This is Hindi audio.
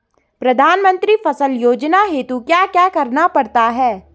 प्रधानमंत्री फसल योजना हेतु क्या क्या करना पड़ता है?